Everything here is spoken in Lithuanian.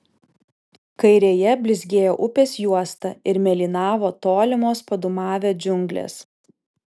kairėje blizgėjo upės juosta ir mėlynavo tolimos padūmavę džiunglės